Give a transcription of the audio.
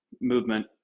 movement